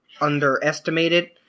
underestimated